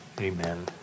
amen